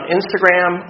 Instagram